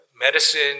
Medicine